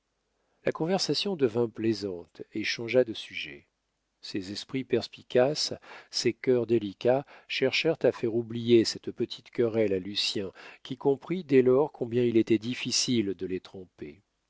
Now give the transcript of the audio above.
la conversation devint plaisante et changea de sujet ces esprits perspicaces ces cœurs délicats cherchèrent à faire oublier cette petite querelle à lucien qui comprit dès lors combien il était difficile de les